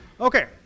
Okay